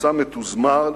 מסע מתוזמן,